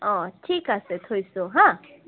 অঁ ঠিক আছে থৈছোঁ হাঁ